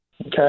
Okay